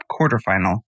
quarterfinal